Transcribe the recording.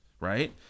right